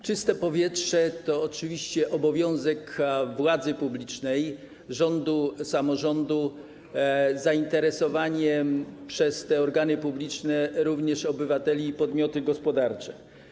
Czyste powietrze - to oczywiście obowiązek władzy publicznej, rządu, samorządu, zainteresowanie przez te organy publiczne również obywateli i podmiotów gospodarczych.